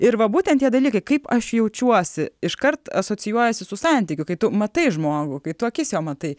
ir va būtent tie dalykai kaip aš jaučiuosi iškart asocijuojasi su santykiu kai tu matai žmogų kai tu akis jo matai